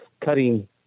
cutting